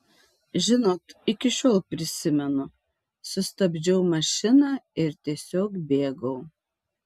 žinot iki šiol prisimenu sustabdžiau mašiną ir tiesiog bėgau